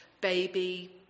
baby